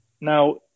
now